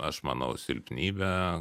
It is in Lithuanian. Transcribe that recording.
aš manau silpnybe